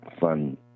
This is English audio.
fun